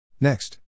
Next